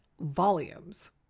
volumes